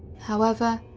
however,